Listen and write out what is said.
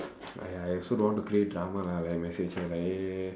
!aiya! I also don't want to create drama lah like I message her lah like !hey! !hey! !hey!